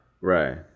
right